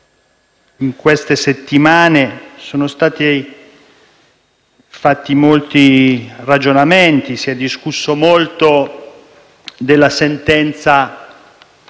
in queste settimane, sono stati fatti molti ragionamenti, si è discusso molto della sentenza